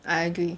I agree